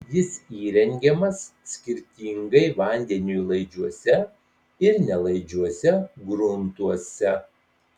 jis įrengiamas skirtingai vandeniui laidžiuose ir nelaidžiuose gruntuose